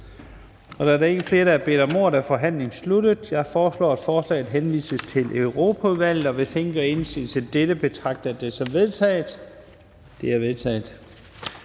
Da der ikke er flere, der har bedt om ordet, er forhandlingen sluttet. Jeg foreslår, at forslaget henvises til Europaudvalget. Hvis ingen gør indsigelse, betragter jeg dette som vedtaget. Det er vedtaget.